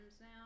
now